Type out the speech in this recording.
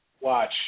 watch